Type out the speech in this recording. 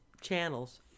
channels